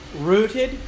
rooted